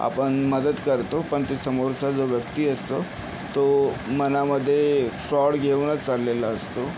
आपण मदत करतो पण तो समोरचा जो व्यक्ती असतो तो मनामध्ये फ्रॉड घेऊनच चाललेला असतो